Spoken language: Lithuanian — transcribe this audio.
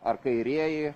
ar kairieji